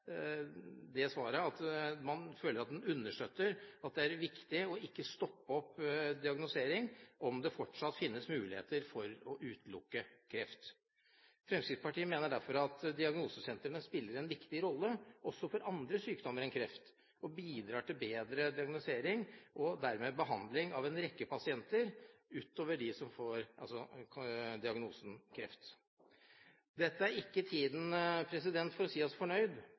er viktig ikke å stoppe diagnostisering om det fortsatt finnes muligheter for å utelukke kreft. Fremskrittspartiet mener derfor at diagnosesentre spiller en viktig rolle også for andre sykdommer enn kreft, og bidrar til bedre diagnostisering og dermed behandling av en rekke pasienter utover dem som får diagnosen kreft. Dette er ikke tiden for å si seg fornøyd.